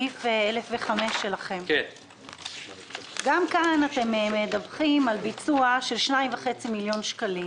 בסעיף 1005. גם כאן אתם מדווחים על ביצוע של 2.5 מיליון שקלים